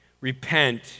Repent